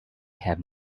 have